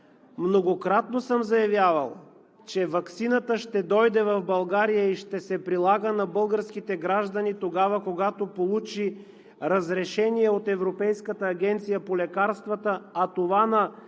Многократно съм заявявал, че ваксината ще дойде в България и ще се прилага на българските граждани тогава, когато получи разрешение от Европейската агенция по лекарствата, а това на